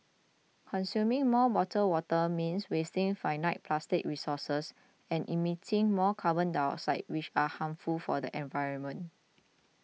consuming more bottled water means wasting finite plastic resources and emitting more carbon dioxide which are harmful for the environment